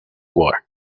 war